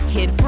Kid